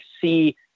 see